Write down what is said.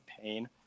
pain